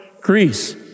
Greece